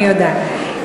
אני יודעת.